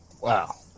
Wow